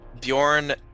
Bjorn